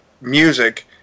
music